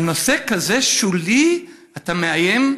על נושא כזה שולי אתה מאיים?